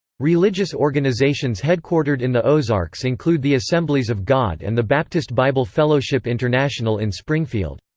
religious organizations headquartered in the ozarks include the assemblies of god and the baptist bible fellowship international in springfield.